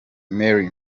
mary